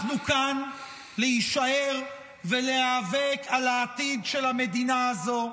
אנחנו כאן להישאר ולהיאבק על העתיד של המדינה הזו,